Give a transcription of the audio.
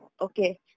Okay